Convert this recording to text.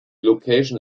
location